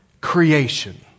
creation